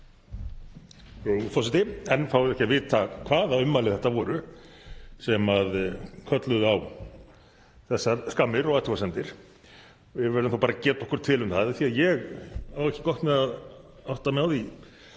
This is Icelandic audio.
Enn fáum við ekki að vita hvaða ummæli þetta voru sem kölluðu á þessar skammir og athugasemdir. Við verðum þá bara að geta okkur til um það, af því að ég á ekki gott með að átta mig á því